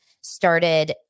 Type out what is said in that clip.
started